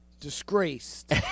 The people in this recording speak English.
disgraced